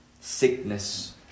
sickness